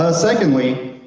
ah secondly,